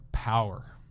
Power